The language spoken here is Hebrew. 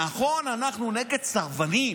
נכון, אנחנו נגד סרבנים,